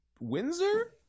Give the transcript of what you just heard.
Windsor